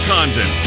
Condon